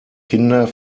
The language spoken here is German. kinder